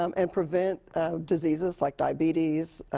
um and prevent diseases like diabetes,